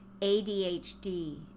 ADHD